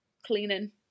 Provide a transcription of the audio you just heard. cleaning